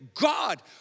God